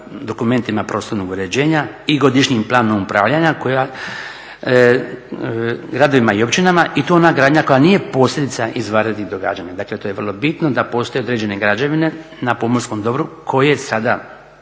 dokumentima prostornog uređenja i godišnjim planom upravljanja koja gradovima i općinama i to ona gradnja koja nije posljedica izvanrednih događanja. Dakle to je vrlo bitno da postoje određene građevine na pomorskom dobru koje se sada